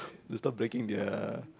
they stop breaking their